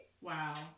wow